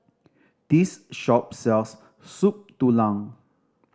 this shop sells Soup Tulang